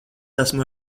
esmu